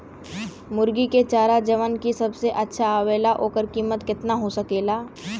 मुर्गी के चारा जवन की सबसे अच्छा आवेला ओकर कीमत केतना हो सकेला?